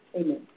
Amen